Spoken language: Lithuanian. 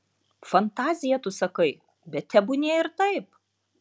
fantazija tu sakai bet tebūnie ir taip